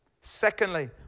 Secondly